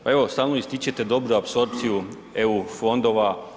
Pa evo stalno ističete dobru apsorpciju eu fondova.